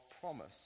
promise